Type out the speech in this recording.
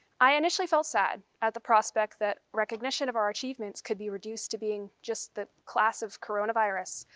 i initially felt sad at the prospect that recognition of our achievements could be reduced to being just the class of coronavirus.